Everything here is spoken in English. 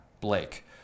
Blake